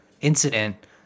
incident